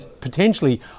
potentially